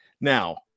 now